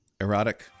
erotic